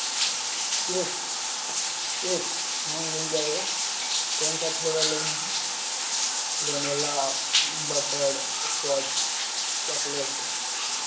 cake cake हाँ मिल जाएगा कौन सा फ्लेवर लेना है वेनेला बटर स्कॉच चॉकलेट